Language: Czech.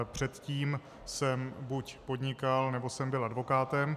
Předtím jsem buď podnikal, nebo jsem byl advokátem.